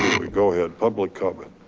we go ahead, public comment.